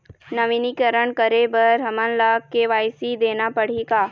नवीनीकरण करे बर हमन ला के.वाई.सी देना पड़ही का?